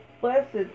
Blessed